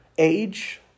Age